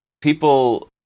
people